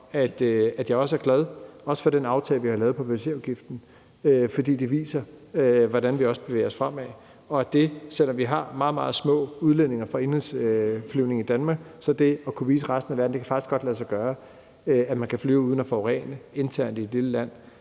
at jeg også er glad for den aftale, vi har lavet på passagerafgiften, for det viser, hvordan vi også bevæger os fremad, og selv om vi har meget, meget små udledninger fra indenrigsflyvning i Danmark, så kan vi vise resten af verden, at det faktisk godt kan lade sig gøre, at man kan flyve uden at forurene internt i et lille land,